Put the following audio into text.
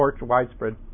widespread